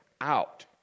out